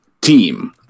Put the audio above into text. team